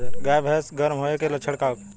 गाय भैंस गर्म होय के लक्षण का होखे?